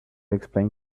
explain